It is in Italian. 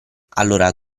allora